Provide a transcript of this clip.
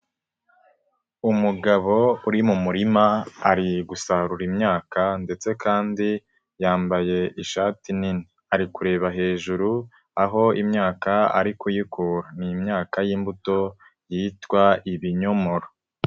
Umugabo uri mu murima ari gusarura imyaka ndetse kandi yambaye ishati nini ari kureba hejuru aho imyaka ari kuyikura ni imyaka y'imbuto yitwa ibinyomoro.